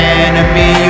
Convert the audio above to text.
enemy